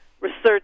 research